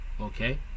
okay